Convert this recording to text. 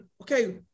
okay